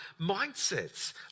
mindsets